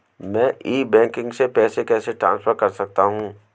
मैं e banking से पैसे कैसे ट्रांसफर कर सकता हूं?